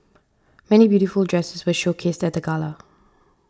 many beautiful dresses were showcased at the gala